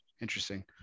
Interesting